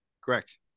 Correct